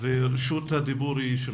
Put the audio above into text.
רשות הדיבור היא שלך.